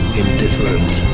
indifferent